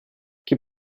chi